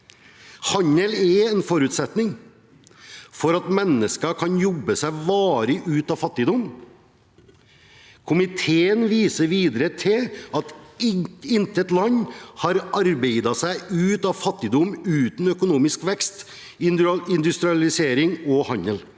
Handel er en forutsetning for at mennesker skal kunne jobbe seg varig ut av fattigdom. Komiteen viser videre til at «intet land har arbeidet seg ut av fattigdom uten økonomisk vekst, industrialisering og handel».